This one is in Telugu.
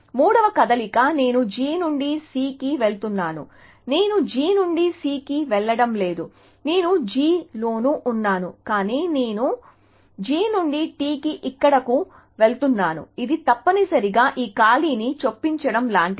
మూడవ కదలిక నేను G నుండి C కి వెళుతున్నాను నేను G నుండి C కి వెళ్ళడం లేదు నేను G లోనే ఉన్నాను కాని నేను G నుండి T కి ఇక్కడకు వెళ్తున్నాను ఇది తప్పనిసరిగా ఈ ఖాళీని చొప్పించడం లాంటిది